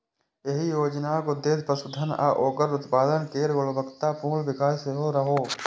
एहि योजनाक उद्देश्य पशुधन आ ओकर उत्पाद केर गुणवत्तापूर्ण विकास सेहो रहै